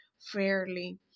fairly